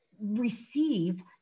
receive